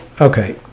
okay